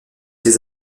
ses